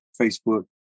Facebook